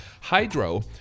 Hydro